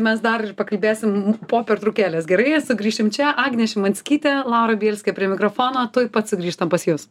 mes dar pakalbėsim po pertraukėlės gerai sugrįšim čia agnė šimanskytė laura bielskė prie mikrofono tuoj pat sugrįžtam pas jus